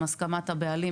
עם הסכמת הבעלים,